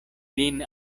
lin